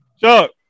Chuck